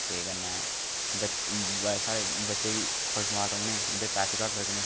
ते कन्नै बच्चें साढ़ै बच्चे बी खुश माल रौह्ने उं'दे पैसे बी घट्ट लग्गने